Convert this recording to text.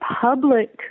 public